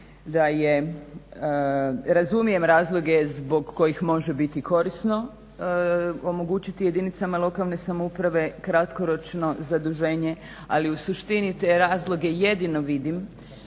razumijem razloge zbog kojih može biti korisno omogućiti jedinicama lokalne samouprave kratkoročno zaduženje, ali u suštini te razloge jedino vidim